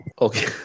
Okay